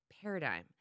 paradigm